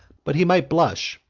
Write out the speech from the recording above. but he might blush,